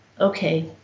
okay